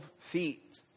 feet